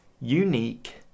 unique